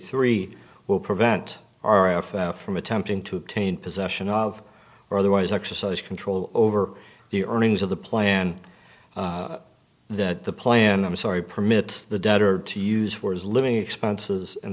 three will prevent our office from attempting to obtain possession of or otherwise exercise control over the earnings of the plan that the plan i'm sorry permits the debtor to use for his living expenses